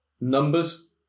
numbers